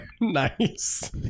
Nice